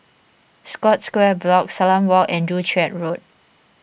Scotts Square Block Salam Walk and Joo Chiat Road